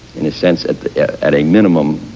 in a sense, at at a minimum